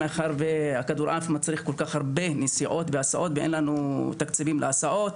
מאחר שהכדורעף מצריך כל כך הרבה נסיעות והסעות ואין לנו תקציבים להסעות,